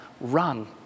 run